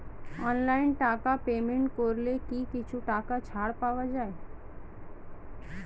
অনলাইনে টাকা পেমেন্ট করলে কি কিছু টাকা ছাড় পাওয়া যায়?